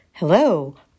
Hello